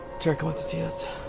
to see us